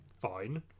fine